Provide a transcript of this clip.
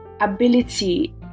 ability